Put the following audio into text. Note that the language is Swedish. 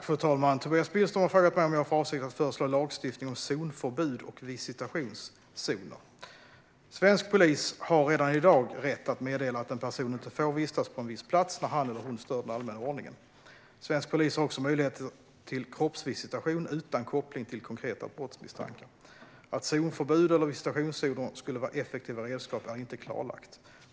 Fru talman! Tobias Billström har frågat mig om jag har för avsikt att föreslå en lagstiftning om zonförbud och visitationszoner. Svensk polis har redan i dag rätt att meddela att en person inte får vistas på en viss plats när han eller hon stör den allmänna ordningen. Svensk polis har också möjligheter till kroppsvisitation utan koppling till konkreta brottsmisstankar. Att zonförbud eller visitationszoner skulle vara effektiva redskap är inte klarlagt.